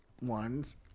ones